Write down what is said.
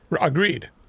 Agreed